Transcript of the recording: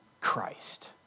Christ